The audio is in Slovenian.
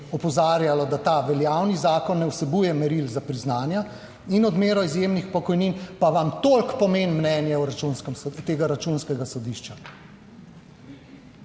opozarjalo, da ta veljavni zakon ne vsebuje meril za priznanja in odmero izjemnih pokojnin pa vam toliko pomeni mnenje tega Računskega sodišča.